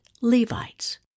Levites